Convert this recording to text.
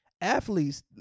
athletes